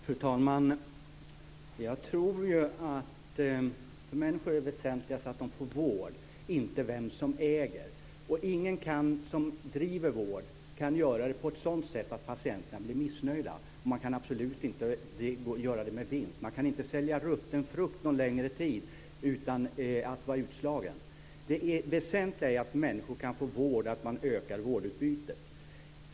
Fru talman! Jag tror att det för människor är väsentligast att de får vård, inte vem som äger. Ingen som driver vård kan göra det på ett sådant sätt att patienterna blir missnöjda. Man kan absolut inte göra det med vinst. Man kan inte sälja rutten frukt någon längre tid utan att bli utslagen. Det väsentliga är att människor kan få vård, att man ökar vårdutbudet.